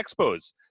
Expos